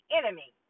enemy